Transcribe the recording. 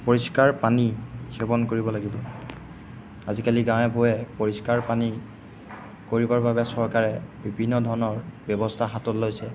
পৰিষ্কাৰ পানী সেৱন কৰিব লাগিব আজিকালি গাঁৱে ভূঞে পৰিষ্কাৰ পানী কৰিবৰ বাবে চৰকাৰে বিভিন্ন ধৰণৰ ব্যৱস্থা হাতত লৈছে